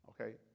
okay